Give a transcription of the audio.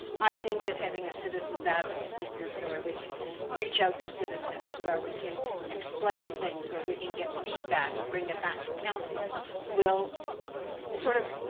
i think that having a citizens advocacy group, where we can reach out to citizens, where we can explain things, where we can get feedback and bring it back to council will sort of